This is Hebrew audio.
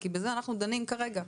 כי בזה אנחנו דנים כרגע.